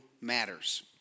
matters